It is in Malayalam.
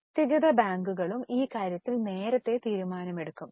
വ്യക്തിഗത ബാങ്കുകളും ഈ കാര്യത്തിൽ നേരത്തെ തീരുമാനം എടുക്കും